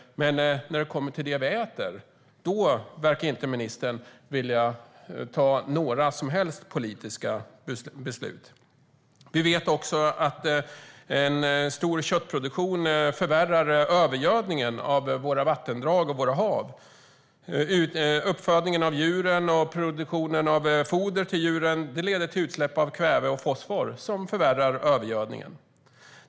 Men när det gäller det vi äter verkar ministern inte vilja ta några som helst politiska beslut. Vi vet också att en stor köttproduktion förvärrar övergödningen av våra vattendrag och hav. Uppfödning av djur och produktion av foder till djur leder till utsläpp av kväve och fosfor som förvärrar övergödningen.